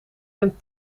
ben